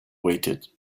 waited